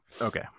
okay